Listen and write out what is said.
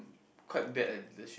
quite bad at leadership